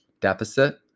deficit